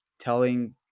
telling